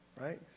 right